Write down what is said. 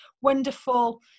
wonderful